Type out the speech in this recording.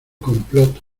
complot